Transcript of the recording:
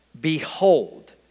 behold